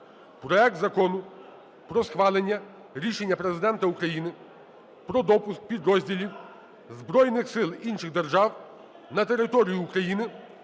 проект Закону про схвалення рішення Президента України про допуск підрозділів збройних сил інших держав на територію України